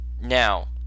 Now